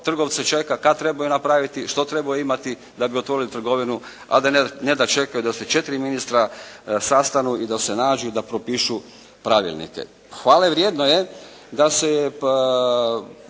trgovce čeka, kad trebaju napraviti, što trebaju imati da bi otvorili trgovinu, a ne da čekaju da se 4 ministra sastanu i da se nađu i da propišu pravilnike. Hvale vrijedno je da se